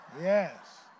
Yes